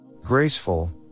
Graceful